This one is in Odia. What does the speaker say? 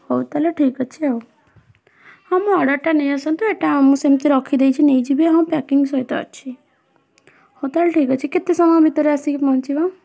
ହଉ ତା'ହେଲେ ଠିକ୍ ଅଛି ଆଉ ହଁ ମୁଁ ଅର୍ଡ଼ର୍ଟା ନେଇ ଆସନ୍ତୁ ଏଇଟା ଆଉ ମୁଁ ସେମିତି ରଖିଦେଇଛି ନେଇଯିବେ ହଁ ପ୍ୟାକିଂ ସହିତ ଅଛି ହଉ ତା'ହେଲେ ଠିକ୍ ଅଛି କେତେ ସମୟ ଭିତରେ ଆସିକି ପହଞ୍ଚିବ